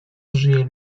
żyje